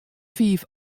fiif